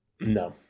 No